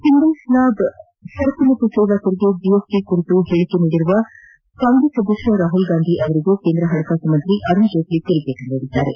single slab ಸರಕು ಮತ್ತು ಸೇವಾ ತೆರಿಗೆ ಜಿಎಸ್ಟಿ ಕುರಿತು ಹೇಳಿಕೆ ನೀಡಿರುವ ಕಾಂಗ್ರೆಸ್ ಅಧ್ಯಕ್ಷ ರಾಹುಲ್ ಗಾಂಧಿಗೆ ಕೇಂದ್ರ ಹಣಕಾಸು ಸಚಿವ ಅರುಣ್ ಜೇಟ್ಲಿ ತಿರುಗೇಟು ನೀಡಿದ್ದಾರೆ